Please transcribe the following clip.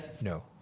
No